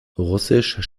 russisch